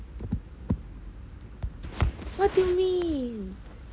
what do you mean